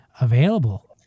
available